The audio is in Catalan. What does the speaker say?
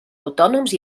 autònoms